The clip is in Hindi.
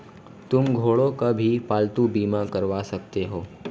तुम घोड़ों का भी पालतू बीमा करवा सकते हो